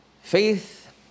Faith